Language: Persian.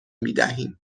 میدهیم